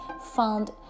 found